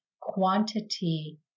quantity